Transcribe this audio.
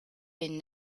been